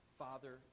father